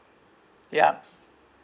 ya